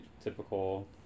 typical